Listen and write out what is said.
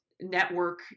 network